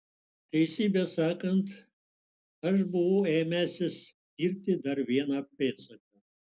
teisybę sakant aš buvau ėmęsis tirti dar vieną pėdsaką